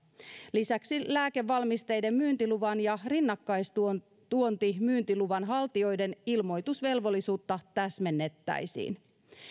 lisäksi lääkevalmisteiden myyntiluvan ja rinnakkaistuontimyyntiluvan haltijoiden ilmoitusvelvollisuutta täsmennettäisiin